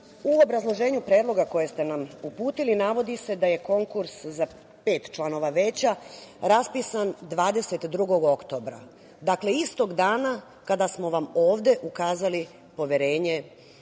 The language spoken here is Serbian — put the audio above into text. U obrazloženju predloga koji ste nam uputili navodi se da je konkurs za pet članova Veća raspisan 22. oktobra. Dakle, istog dana kada smo ovde ukazali poverenje